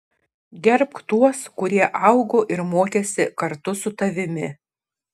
gerbk tuos kurie augo ir mokėsi kartu su tavimi